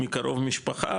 מקרוב משפחה,